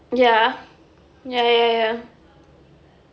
ya ya ya ya